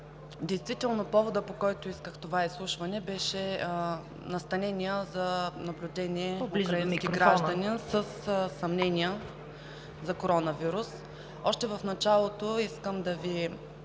Действително поводът, по който исках това изслушване, беше настаненият за наблюдение украински гражданин със съмнения за коронавирус. Още в началото искам да Ви